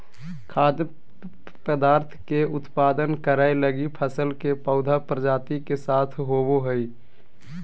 खाद्य पदार्थ के उत्पादन करैय लगी फसल के पौधा प्रजाति के साथ होबो हइ